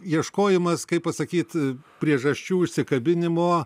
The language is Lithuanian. ieškojimas kaip pasakyt priežasčių užsikabinimo